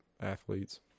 athletes